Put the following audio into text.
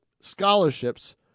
scholarships